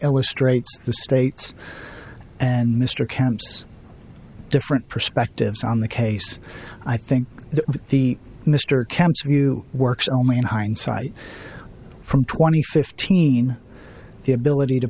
illustrates the states and mr kent's different perspectives on the case i think that the mr camp's view works only in hindsight from twenty fifteen the ability to